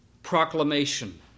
Proclamation